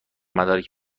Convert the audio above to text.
مدارک